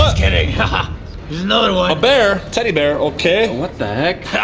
ah kidding. and here's another one. a bear? teddy bear, okay. what the heck?